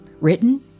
Written